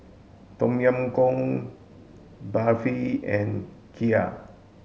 Tom Yam Goong Barfi and Kheer